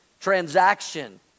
transaction